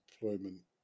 employment